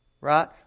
Right